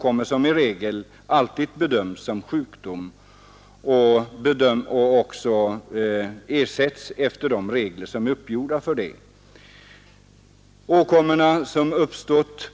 Dessa 195 åkommor bedöms nästan alltid som sjukdom och ersätts i enlighet härmed.